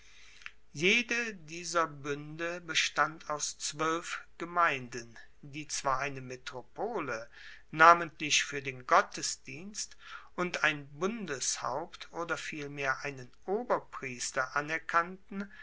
jeder dieser buende bestand aus zwoelf gemeinden die zwar eine metropole namentlich fuer den goetterdienst und ein bundeshaupt oder vielmehr einen oberpriester anerkannten